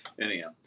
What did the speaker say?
Anyhow